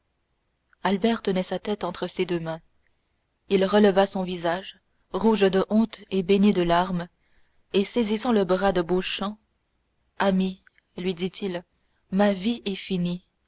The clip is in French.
albert tenait sa tête entre ses deux mains il releva son visage rouge de honte et baigné de larmes et saisissant le bras de beauchamp ami lui dit-il ma vie est finie